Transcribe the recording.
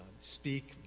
speak